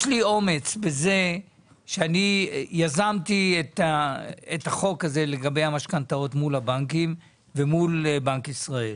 אומץ בזה שיזמתי את החוק הזה לגבי המשכנתאות מול הבנקים ומול בנק ישראל.